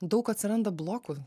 daug atsiranda blokų